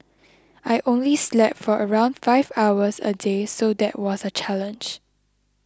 I only slept for around five hours a day so that was a challenge